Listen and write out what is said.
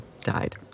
died